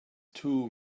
too